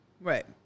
Right